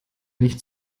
nicht